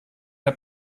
der